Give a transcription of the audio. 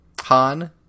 Han